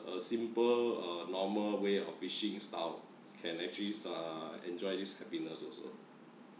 a simple uh normal way of fishing style can actually s~ ah enjoy this happiness also